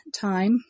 time